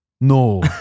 no